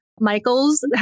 Michaels